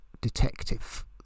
detective